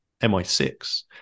MI6